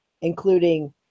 including